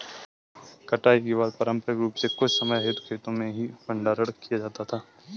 कटाई के बाद पारंपरिक रूप से कुछ समय हेतु खेतो में ही भंडारण किया जाता था